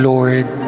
Lord